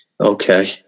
Okay